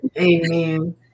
amen